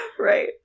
Right